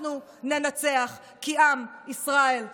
אנחנו ננצח כי עם ישראל חי.